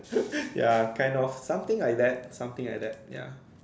ya kind of something like that something like that ya